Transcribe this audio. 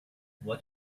what